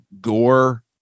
gore